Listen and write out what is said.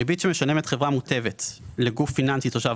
(ב)ריבית שמשלמת חברה מוטבת לגוף פיננסי תושב